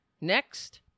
Next